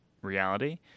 reality